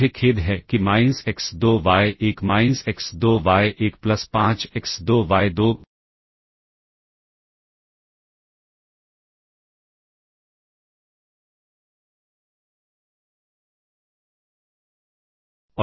मुझे खेद है कि minus x 2 y 1 minus x 2 y 1 plus 5 x 2 y 2